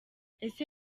ese